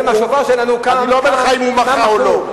אני לא אומר אם הוא מחה או לא.